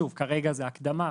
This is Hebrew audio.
שוב, כרגע זה הקדמה.